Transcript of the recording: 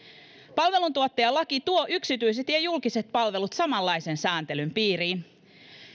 palveluntuottajalaki tuo yksityiset ja ja julkiset palvelut samanlaisen sääntelyn piiriin